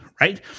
right